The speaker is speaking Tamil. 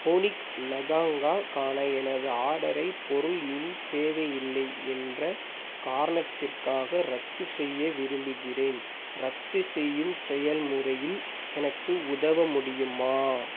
ஹூனிக் லெகாவுங்காக்கான எனது ஆர்டரை பொருள் இனி தேவை இல்லை என்ற காரணத்திற்காக ரத்து செய்ய விரும்புகிறேன் ரத்துசெய்யும் செயல்முறையில் எனக்கு உதவ முடியுமா